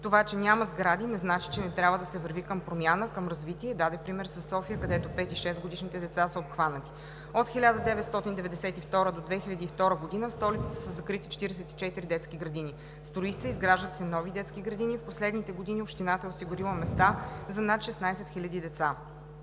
Това, че няма сгради, не значи че не трябва да се върви към промяна, към развитие и даде пример със София, където 5- и 6-годишните са обхванати. От 1992 г. до 2002 г. в столицата са закрити 44 детски градини. Строи се, изграждат се нови детски градини. В последните години общината е осигурила места за над 16 хиляди деца.